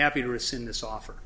happy to rescind this offer